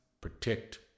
protect